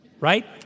right